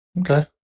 Okay